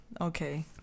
Okay